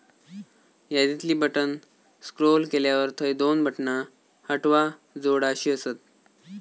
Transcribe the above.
यादीतली बटण स्क्रोल केल्यावर थंय दोन बटणा हटवा, जोडा अशी आसत